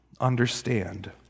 understand